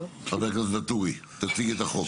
בבקשה, חבר הכנסת ואטורי, תציגי את החוק.